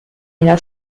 nella